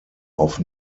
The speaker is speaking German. auf